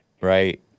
Right